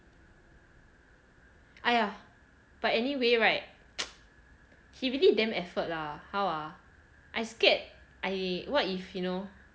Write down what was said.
!aiya! but anyway right he really damn effort lah how ah I scared I what if you know